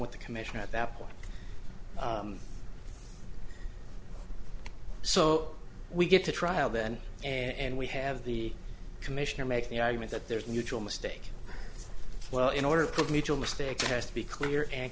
with the commission at that point so we get to trial then and we have the commissioner make the argument that there's mutual mistake well in order could mutual mistake it has to be clear and